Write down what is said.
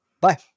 Bye